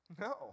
no